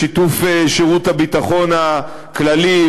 בשיתוף שירות הביטחון הכללי,